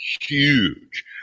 huge